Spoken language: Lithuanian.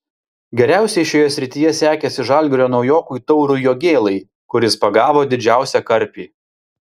geriausiai šioje srityje sekėsi žalgirio naujokui taurui jogėlai kuris pagavo didžiausią karpį